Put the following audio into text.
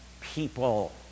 people